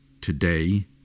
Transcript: today